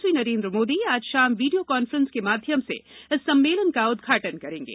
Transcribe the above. प्रधानमंत्री नरेन्द्र मोदी आज शाम वीडियो कॉन्फ्रेंस के माध्यम से इस सम्मेलन का उद्घाटन करेंगे